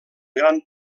gran